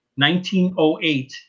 1908